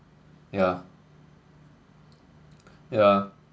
yeah yeah